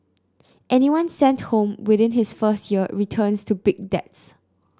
anyone sent home within his first year returns to big debts